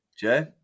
Jay